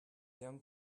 young